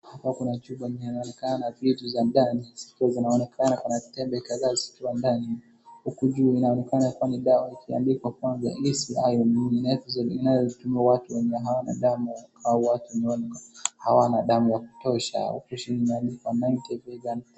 Hapa kuna chupa yenye inaonekana na vitu za ndani zikiwa zinaonekana kuna tembe kadhaa zikiwa ndani. Huku juu inaonekana kuwa ni dawa ikiandikwa kwanza easy iron yenye inatumia watu wenye hawana damu au watu wenye hawana damu ya kutosha. Huku chini imeandikwa ninety vegan .